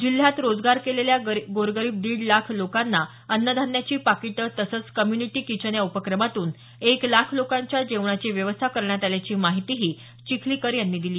जिल्ह्यात रोजगार गेलेल्या गोरगरीब दिड लाख लोकांना अन्नधान्याची पाकिटं तसंच कम्य्निटी किचन या उपक्रमातून एक लाख लोकांच्या जेवणाची व्यवस्था करण्यात आल्याची माहिती चिखलीकर यांनी दिली